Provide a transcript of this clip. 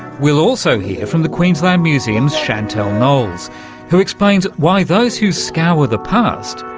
we'll also hear from the queensland museum's chantal knowles who explains why those who scour the past,